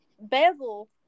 bevel